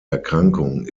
erkrankung